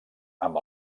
amb